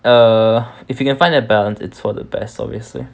err if you can find a balance it's for the best obviously